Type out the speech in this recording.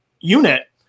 unit